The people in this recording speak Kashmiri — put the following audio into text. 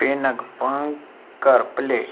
پیٖنک پانٛگ کر پٕلے